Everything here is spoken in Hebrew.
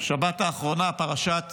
שבת האחרונה, פרשת